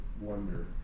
wonder